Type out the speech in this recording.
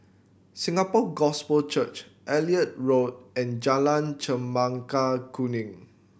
Singapore Gospel Church Elliot Road and Jalan Chempaka Kuning